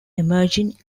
emerging